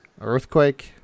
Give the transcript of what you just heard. Earthquake